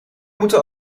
moeten